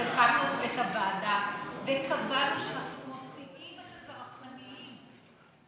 הקמנו את הוועדה וקבענו שאנחנו מוציאים את הזרחניים.